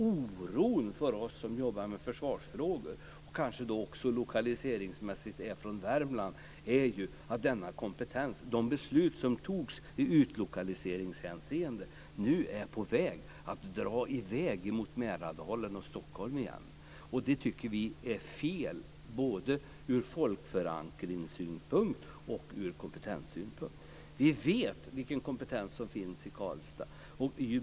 Oron för oss som jobbar med försvarsfrågor och som kanske också lokaliseringsmässigt är från Värmland gäller att de beslut som fattades i utlokaliseringshänseende nu är på väg att dra i väg mot Mälardalen och Stockholm igen med denna kompetens. Det tycker vi är fel både ur folkförankrings och ur kompetenssynpunkt. Vi vet vilken kompetens som finns i Karlstad.